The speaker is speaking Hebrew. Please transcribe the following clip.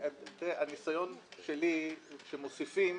הניסיון שלי שמוסיפים